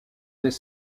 des